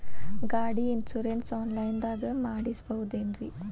ಗಾಡಿ insurance online ದಾಗ ಮಾಡಸ್ಬಹುದೆನ್ರಿ?